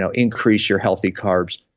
so increase your healthy carbs.